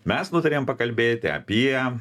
mes nutarėm pakalbėti apie